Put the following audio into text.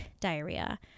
diarrhea